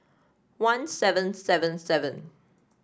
one seven seven seven